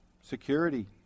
security